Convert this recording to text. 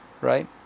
Right